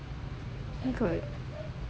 ya kot